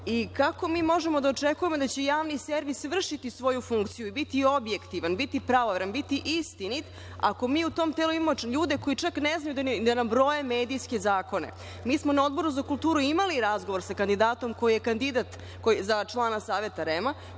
Kako mi možemo da očekujemo da će javni servis vršiti svoju funkciju i biti objektivan, biti pravovremen, biti istinit, ako mi u tom telu imamo ljude koji čak ne znaju da nabroje medijske zakone? Na Odboru za kulturu smo imali razgovor sa kandidatom koji je kandidat za člana saveta REM,